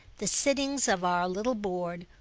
the sittings of our little board,